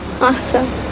Awesome